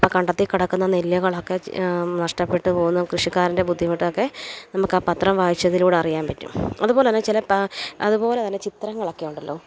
അപ്പം കണ്ടത്തിൽ കൊടുക്കുന്ന നെല്ലുകളൊക്കെ നഷ്ടപ്പെട്ട് പോകുന്ന കൃഷിക്കാരൻ്റെ ബുദ്ധിമുട്ടൊക്കെ നമുക്കാ പത്രം വായിച്ചതിലൂടറിയാൻ പറ്റും അതുപോലെ തന്നെ ചില പേ അതുപോലെ തന്നെ ചിത്രങ്ങളൊക്കെ ഉണ്ടല്ലോ